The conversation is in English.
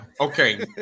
Okay